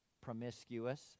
promiscuous